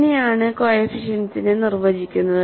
എങ്ങനെയാണ് കോഎഫിഷ്യന്റ്സിനെ നിർവചിക്കുന്നത്